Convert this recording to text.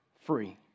free